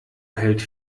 hält